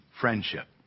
friendship